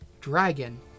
dragon